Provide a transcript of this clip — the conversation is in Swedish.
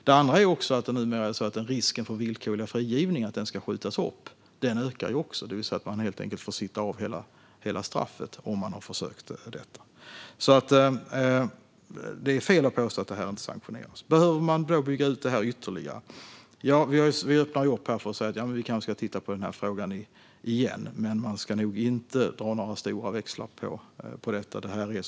Den andra är att det numera är så att risken för att villkorlig frigivning ska skjutas upp ökar; man får helt enkelt sitta av hela straffet om man har försökt med detta. Behöver man då bygga ut det här ytterligare? Vi öppnar för att kanske titta på den här frågan igen. Men man ska nog inte dra några stora växlar på detta.